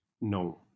No